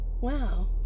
Wow